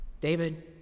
David